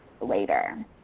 later